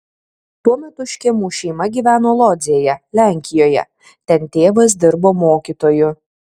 tuo metu škėmų šeima gyveno lodzėje lenkijoje ten tėvas dirbo mokytoju